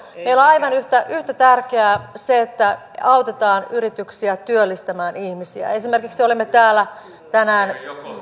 aivan yhtä tärkeää se että autetaan yrityksiä työllistämään ihmisiä olemme esimerkiksi täällä tänään